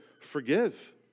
forgive